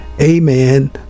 amen